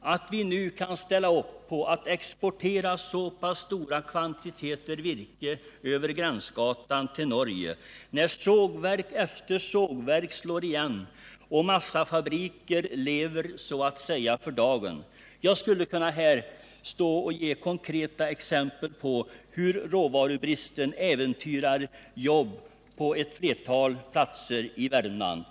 att vi nu kan ställa upp och exportera så pass stora kvantiteter virke över gränsgatan till Norge när sågverk efter sågverk slår igen och massafabriker lever för dagen? Jag skulle här kunna ge konkreta exempel på hur råvarubristen äventyrar jobb på ett flertal platser i Värmland.